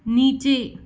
नीचे